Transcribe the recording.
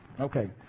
Okay